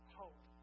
hope